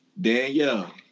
Danielle